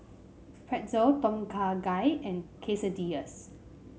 Pretzel Tom Kha Gai and Quesadillas